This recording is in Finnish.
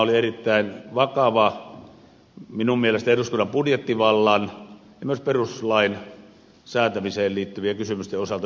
tämä oli minun mielestäni erittäin vakavaa eduskunnan budjettivallan ja myös perustuslain säätämiseen liittyvien kysymysten osalta